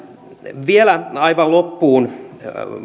vielä aivan loppuun